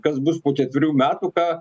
kas bus po ketverių metų ką